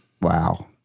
Wow